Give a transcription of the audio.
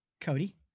Cody